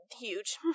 huge